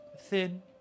thin